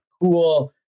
cool